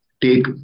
take